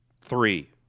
Three